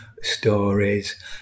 stories